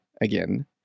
again